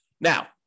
Now